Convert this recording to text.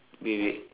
wait wait